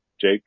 Jake